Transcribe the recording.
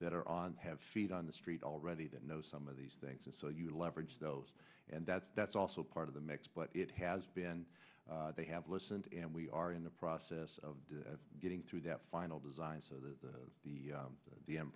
that are on have feet on the street already that know some of these things and so you leverage those and that's that's also part of the mix but it has been they have listened and we are in the process of getting through that final design so the the the end